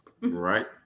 right